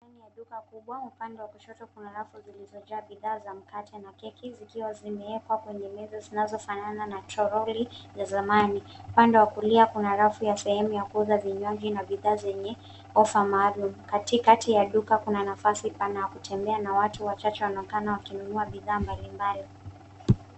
Ndani ya duka kubwa. Upande wa kushoto kuna rafu zilizojaa bidhaa za mkate na keki, zikiwa zimeekwa kwenye meza zinazofanana na toroli ya zamani. Upande wa kulia kuna rafu ya sehemu ya kuweka vinywaji na bidhaa zenye ofa maalumu. Katikati ya duka kuna nafasi pana ya kutembea, na watu wachache wanaonekana wakinunua bidhaa mbali mbali.